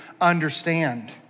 understand